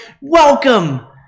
welcome